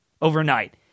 overnight